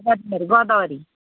गदावरी